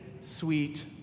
sweet